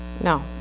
No